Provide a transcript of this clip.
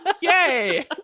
yay